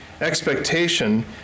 expectation